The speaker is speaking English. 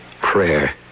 Prayer